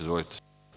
Izvolite.